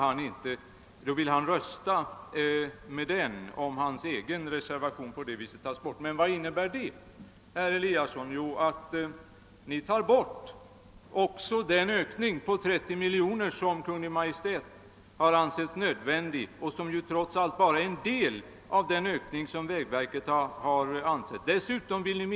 Vad innebär ett bifall till reservationen 2 b? Jo, herr Eliasson, ni tar bort den ökning på 30 miljoner kronor som Kungl. Maj:t ansett nödvändig och som trots allt bara är en del av vad vägverket har ansett erforderlig.